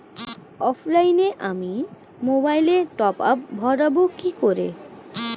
অফলাইনে আমি মোবাইলে টপআপ ভরাবো কি করে?